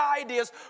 ideas